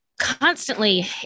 constantly